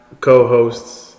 co-hosts